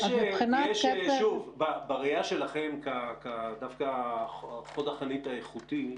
בראיה שלכם דווקא כחוד-החנית האיכותי,